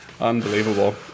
Unbelievable